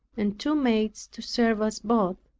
and two maids to serve us both.